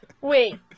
Wait